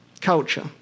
culture